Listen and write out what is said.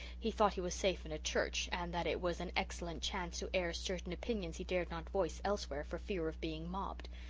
he thought he was safe in a church and that it was an excellent chance to air certain opinions he dared not voice elsewhere, for fear of being mobbed.